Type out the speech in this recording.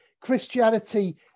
christianity